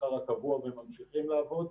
מהשכר הקבוע והם ממשיכים לעבוד,